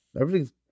Everything's